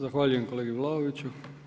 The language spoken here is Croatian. Zahvaljujem kolegi Vlaoviću.